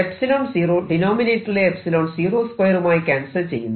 𝜖0 ഡിനോമിനേറ്ററിലെ 𝜖0 2 മായി ക്യാൻസൽ ചെയ്യുന്നു